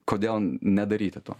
kodėl nedaryti to